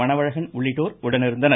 மணவழகன் உள்ளிட்டோர் உடனிருந்தனர்